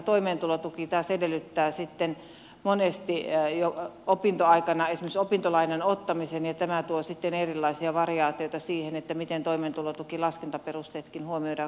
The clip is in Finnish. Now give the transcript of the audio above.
toimeentulotuki taas edellyttää sitten monesti jo opintoaikana esimerkiksi opintolainan ottamista ja tämä tuo sitten erilaisia variaatioita siihen miten toimeentulotukilaskentaperusteetkin huomioidaan kunnissa